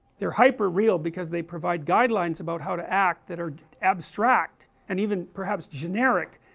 they're hyper real because they provide guidelines about how to act that are abstract and even perhaps generic,